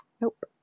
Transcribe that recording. Nope